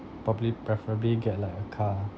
probably preferably get like a car